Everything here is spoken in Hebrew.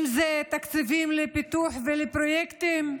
אם זה תקציבים לפיתוח ולפרויקטים,